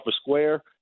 square